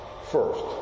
First